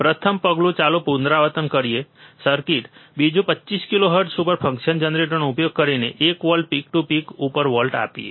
પ્રથમ પગલું ચાલો પુનરાવર્તન કરીએ સર્કિટ બીજું 25 કિલોહર્ટ્ઝ ઉપર ફંક્શન જનરેટરનો ઉપયોગ કરીને એક વોલ્ટ પીક ટુ પીક ઉપર વોલ્ટ આપીએ